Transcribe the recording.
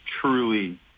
truly